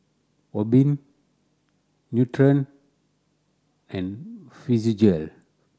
Obimin Nutren and Physiogel